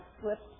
slips